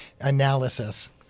analysis